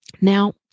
Now